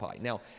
Now